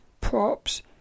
props